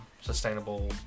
sustainable